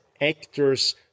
actors